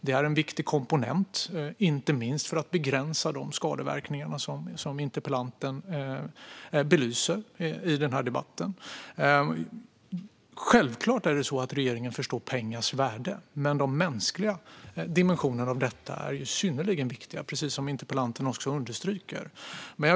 Det är en viktig komponent inte minst för att begränsa de skadeverkningar som interpellanten belyser här i debatten. Självklart är det så att regeringen förstår pengars värde. Men de mänskliga dimensionerna av detta är ju synnerligen viktiga, precis som interpellanten också understryker.